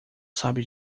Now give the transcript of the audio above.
sabe